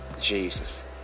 Jesus